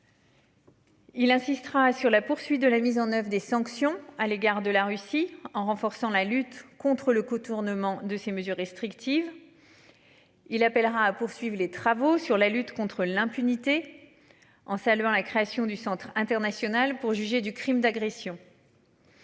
Il insistera sur la poursuite de la mise en oeuvre des sanctions à l'égard de la Russie en renforçant la lutte contre le contournement de ces mesures restrictives. Il appellera à poursuivent les travaux sur la lutte contre l'impunité. En saluant la création du Centre international pour juger du crime d'agression.